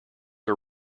are